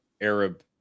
arab